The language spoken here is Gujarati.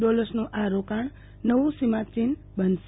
ડીલરનું આ રોકાણ નવુ સ્મિાંચિન્ફ બનશે